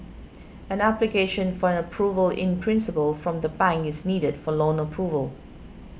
an application for an Approval in Principle from the bank is needed for loan approval